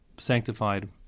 Sanctified